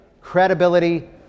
credibility